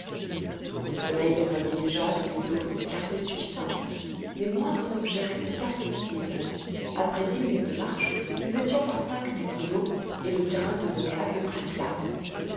le soleil envoyait déjà sous les eaux une clarté suffisante les moindres objets restaient perceptibles après dix minutes de marche nous étions par cinq mètres d'eau et le terrain devenait à peu près plat